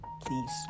please